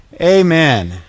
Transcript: Amen